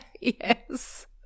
Yes